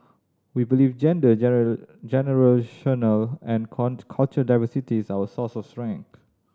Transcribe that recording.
we believe gender generational and can't cultural diversity is our source of strength